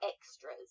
extras